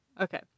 Okay